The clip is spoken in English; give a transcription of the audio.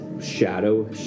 shadow